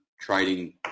trading